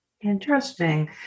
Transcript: Interesting